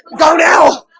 go now